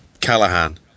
Callahan